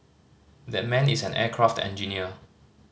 that man is an aircraft engineer